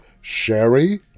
Sherry